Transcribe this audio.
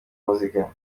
muzika